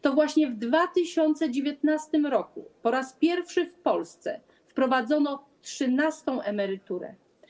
To właśnie w 2019 r. po raz pierwszy w Polsce wprowadzono trzynastą emeryturę.